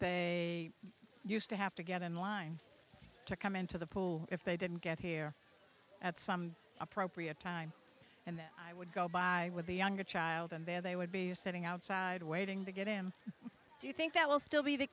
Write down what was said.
used to have to get in line to come into the pool if they didn't get here at some appropriate time and then i would go by with the younger child and there they would be sitting outside waiting to get him do you think that will still be the